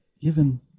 given